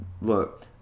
Look